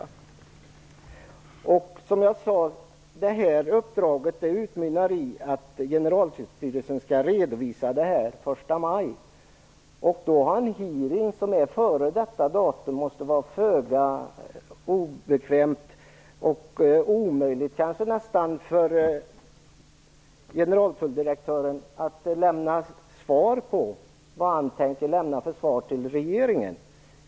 Som jag sade, utmynnar det här uppdraget i att Generaltullstyrelsen skall redovisa detta den 1 maj. Att då ha en hearing före detta datum måste vara föga bekvämt. Det måste vara nästan omöjligt för generaltulldirektören att då ge besked om vilket svar han tänker lämna till regeringen.